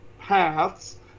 paths